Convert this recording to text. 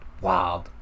Wow